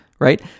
Right